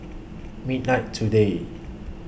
midnight today